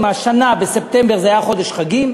ספטמבר היה חודש חגים.